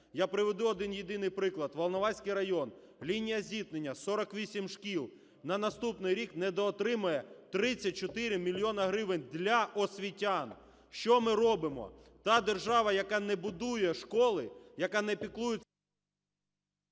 Я приведу один-єдиний приклад. Волноваський район, лінія зіткнення, 48 шкіл. На наступний рік недоотримає 34 мільйони гривень для освітян. Що ми робимо? Та держава, яка не будує школи, яка не піклується…